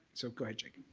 so go ahead jake.